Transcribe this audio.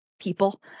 people